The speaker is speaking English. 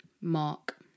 Mark